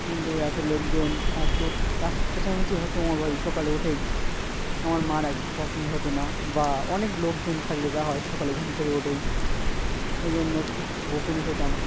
কিন্তু এত লোকজন এত এত চেঁচামেচি হতো আমার বাড়ি সকালে উঠেই আমার মার একদম পছন্দ হতো না বা অনেক লোকজন থাকলে যা হয় সকালে ঘুম থেকে উঠেই এই জন্য খুব বকুনি খেতাম